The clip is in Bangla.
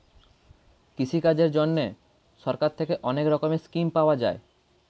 কৃষিকাজের জন্যে সরকার থেকে অনেক রকমের স্কিম পাওয়া যায়